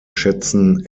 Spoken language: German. schätzen